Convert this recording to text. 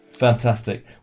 Fantastic